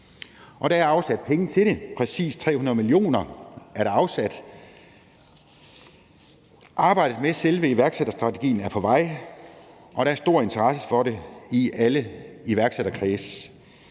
Og der er afsat penge til det, præcis 300 mio. kr. er der afsat. Arbejdet med selve iværksætterstrategien er på vej, og der er stor interesse for det i alle iværksætterkredse.